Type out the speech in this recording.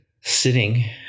sitting